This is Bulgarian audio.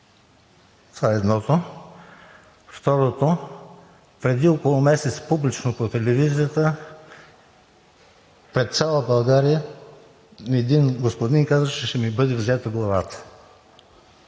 Това е едното. Второто, преди около месец публично по телевизията пред цяла България един господин каза, че ще ми бъде взета главата.